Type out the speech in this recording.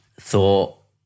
thought